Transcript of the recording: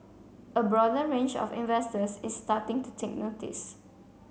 a broader range of investors is starting to take notice